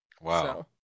Wow